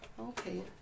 Okay